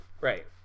Right